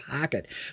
pocket